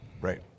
right